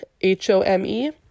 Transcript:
H-O-M-E